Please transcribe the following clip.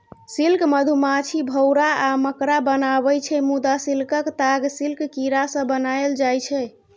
silk मधुमाछी, भौरा आ मकड़ा बनाबै छै मुदा सिल्कक ताग सिल्क कीरासँ बनाएल जाइ छै